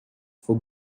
for